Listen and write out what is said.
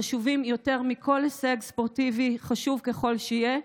חשובה יותר מכל הישג ספורטיבי, חשוב ככל שיהיה.